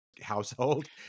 household